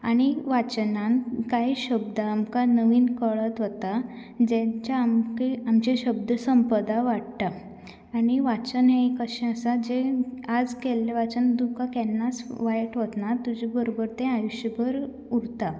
आनी वाचनान काय शब्द आमकां नवीन कळत वता जेचें आमकें आमचें शब्द संपदा वाडटा आनी वाचन हें एक अशें आसा जें आज केल्ले वाचन तुका केन्नाच वायट वचना तुजे बरोबर तें आयुश्यभर उरता